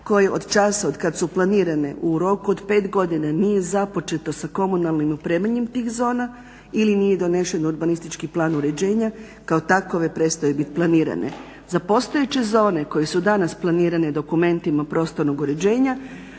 koje od časa otkada su planirane u roku od 5 godina nije započeto sa komunalnim opremanjem tih zona ili nije donesen urbanistički plan uređenja kao takove prestaju biti planirane. Za postojeće zone koje su danas planirane dokumentima prostornog uređenja